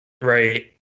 Right